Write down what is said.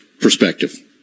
perspective